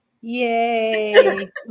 Yay